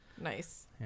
nice